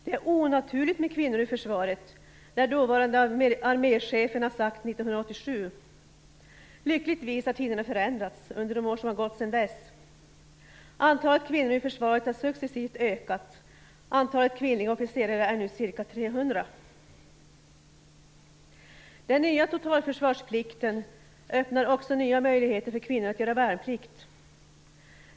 Det är onaturligt med kvinnor i försvaret, lär dåvarande arméchefen ha sagt 1987. Lyckligtvis har tiderna förändrats under de år som gått sedan dess. Antalet kvinnor i försvaret har successivt ökat, och antalet kvinnliga officerare är nu ca Den nya totalförsvarsplikten öppnar också nya möjligheter för kvinnor att göra värnplikten.